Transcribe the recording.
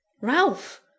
Ralph